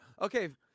Okay